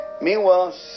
Meanwhile